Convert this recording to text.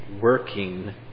working